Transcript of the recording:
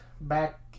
back